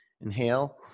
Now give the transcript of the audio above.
Inhale